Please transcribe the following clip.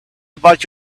about